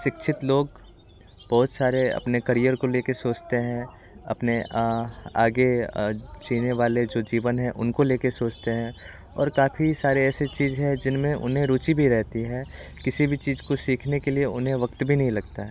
शिक्षित लोग बहुत सारे अपने करियर करियर को लेकर सोचते हैं अपने आगे जीने वाले जो जीवन है उनको लेके सोचते हैं और काफ़ी सारे ऐसी चीज है जिनमें उन्हें रुचि भी रहती है किसी भी चीज को सीखने के लिए उन्हें वक्त भी नहीं लगता है